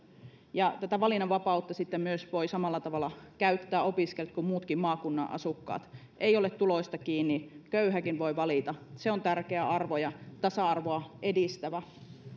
tätä valinnanvapautta opiskelijat sitten myös voivat samalla tavalla käyttää kuin muutkin maakunnan asukkaat ei ole tuloista kiinni köyhäkin voi valita se on tärkeä arvo ja tasa arvoa edistävä